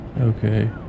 Okay